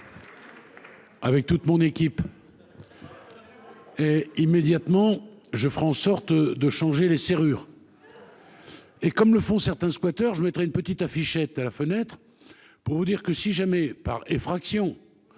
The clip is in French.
Avec toute mon équipe. Et immédiatement je franc sorte de changer les serrures. Et comme le font certains squatters je mettrai une petite affichette à la fenêtre. Pour vous dire que si jamais, par effraction.